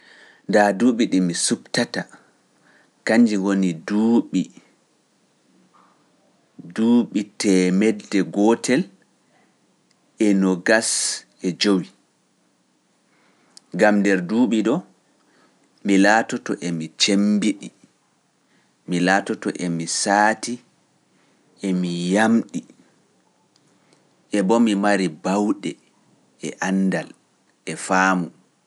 Ndaa duuɓi ɗi mi suɓtata, kanji woni duuɓi nogas e jowi. Gam nder duuɓi ɗo, mi laatoto e mi cemmbiɗi, mi laatoto e mi saati, e mi yamɗi, e boo mi mari bawɗe, e anndal, e faamu.